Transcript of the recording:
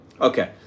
Okay